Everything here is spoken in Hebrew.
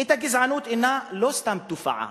הגזענות אינה סתם תופעה,